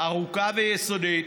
ארוכה ויסודית,